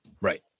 right